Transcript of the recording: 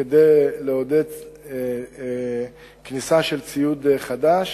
כדי לעודד כניסה של ציוד חדש